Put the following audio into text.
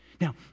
Now